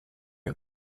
out